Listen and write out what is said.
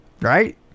right